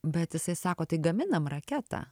bet jisai sako tai gaminam raketą